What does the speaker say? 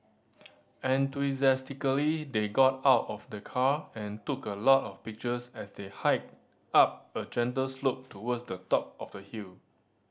enthusiastically they got out of the car and took a lot of pictures as they hiked up a gentle slope towards the top of the hill